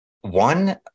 one